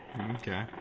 Okay